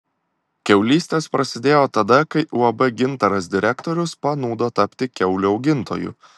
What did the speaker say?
kiaulystės prasidėjo tada kai uab gintaras direktorius panūdo tapti kiaulių augintoju